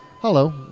Hello